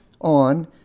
on